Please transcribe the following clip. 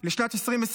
לשנת 2024,